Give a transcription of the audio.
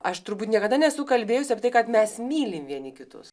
aš turbūt niekada nesu kalbėjus apie tai kad mes mylim vieni kitus